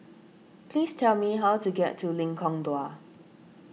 please tell me how to get to Lengkong Dua